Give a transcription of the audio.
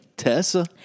Tessa